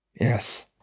Yes